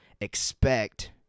expect